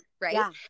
Right